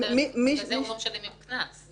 בגלל זה הוא לא משלם קנס.